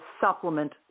supplement